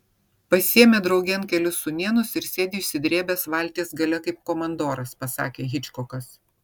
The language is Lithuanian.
pasiėmė draugėn kelis sūnėnus ir sėdi išsidrėbęs valties gale kaip komandoras pasakė hičkokas